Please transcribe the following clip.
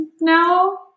now